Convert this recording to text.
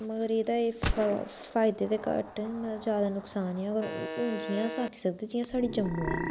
मगर एह्दा एह् फाय फायदे दे घट्ट न पर ज्यादा नकसान न अगर हून जियां अस आक्खी सकदे जियां साढ़ा जम्मू ऐ